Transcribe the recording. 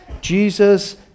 Jesus